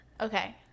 Okay